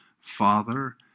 father